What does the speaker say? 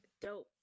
dope